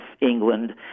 England